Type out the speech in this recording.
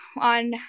On